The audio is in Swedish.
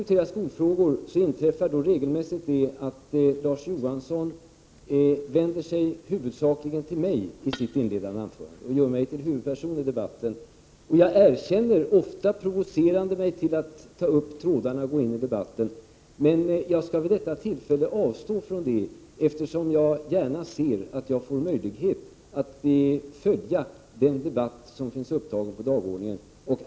Varje gång skolfrågor diskuteras inträffar regelmässigt att Larz Johansson vänder sig huvudsakligen till mig i sitt inledningsanförande och gör mig till huvudperson i debatten. Han provocerar mig ofta att ta upp tråden och gå in i debatten, det erkänner jag. Men jag skall vid detta tillfälle avstå från det, eftersom jag gärna ser att jag får möjlighet att följa den debatt som finns upptagen på dagordningen.